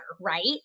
right